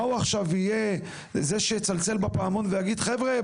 אז עכשיו הוא יהיה זה שיצלצל בפעמון ויגיד: ״חבר'ה,